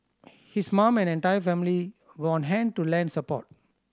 his mum and entire family were on hand to lend support